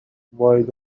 while